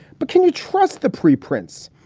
but can you trust the pre prints?